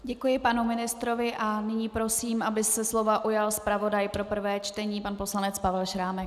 Děkuji panu ministrovi a nyní prosím, aby se slova ujal zpravodaj pro prvé čtení pan poslanec Pavel Šrámek.